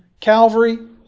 Calvary